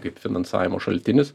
kaip finansavimo šaltinis